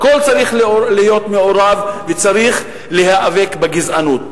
הכול צריך להיות מעורב וצריך להיאבק בגזענות.